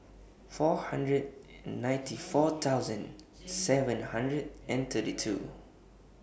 four hundred ninety four thousand seven hundred and thirty two